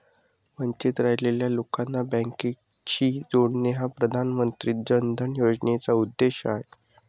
वंचित राहिलेल्या लोकांना बँकिंगशी जोडणे हा प्रधानमंत्री जन धन योजनेचा उद्देश आहे